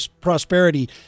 Prosperity